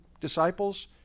disciples